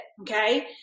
Okay